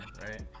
right